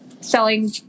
selling